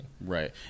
Right